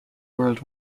world